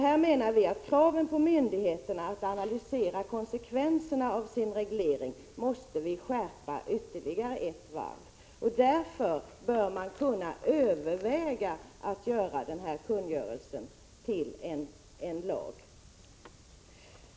Här menar vi att kraven på myndigheterna att analysera konsekvenserna av sin reglering måste skärpas ytterligare ett varv. Därför bör man kunna överväga att göra den här kungörelsen till lag.